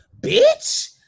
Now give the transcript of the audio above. Bitch